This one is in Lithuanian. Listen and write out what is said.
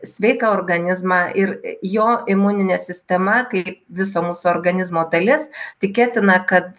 sveiką organizmą ir jo imuninė sistema kaip viso mūsų organizmo dalis tikėtina kad